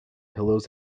pillows